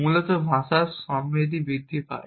মূলত ভাষার সমৃদ্ধি বৃদ্ধি পায়